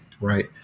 right